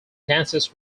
dances